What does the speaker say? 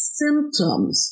symptoms